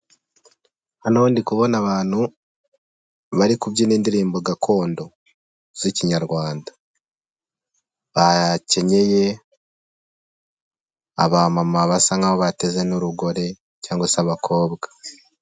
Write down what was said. Hano ndi kubona abantu bari kubyina indirimbo gakondo z'i Kinyarwanda bakenyeye, aba mama basa nkaho bateze n'urugori cyangwa se abakobwa.